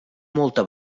molta